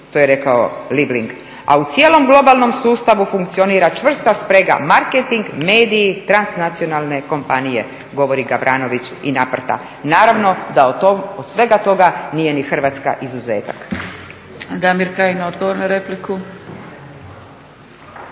To je rekao Libling, a u cijelom globalnom sustavu funkcionira čvrsta sprega, marketing, mediji, transnacionalne kompanije, govori Gavranović i …. Naravno da od svega toga nije ni Hrvatska izuzetak. **Zgrebec, Dragica